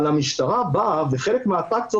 אבל המשטרה וסוגרת חלק מהאטרקציות.